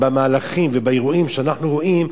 במהלכים ובאירועים שאנחנו רואים,